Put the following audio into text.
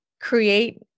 create